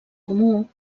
comú